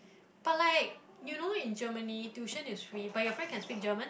but like you know in Germany tuition is free but your friend can speak German